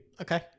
Okay